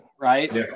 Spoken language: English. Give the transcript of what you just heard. right